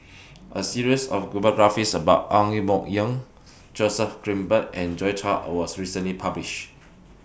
A series of biographies about Ang Yoke Mooi Joseph Grimberg and Joi Chua was recently published